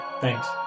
Thanks